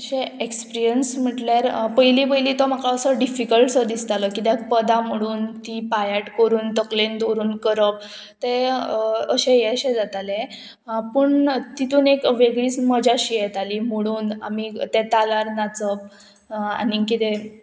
अशें एक्सपिरियन्स म्हटल्यार पयलीं पयलीं तो म्हाका असो डिफिकल्ट असो दिसतालो किद्याक पदां म्हणून ती पायाट करून तकलेन दवरून करप ते अशें हें अशें जातालें पूण तितून एक वेगळीच मजा अशी येताली म्हणून आमी ते तालार नाचप आनी कितें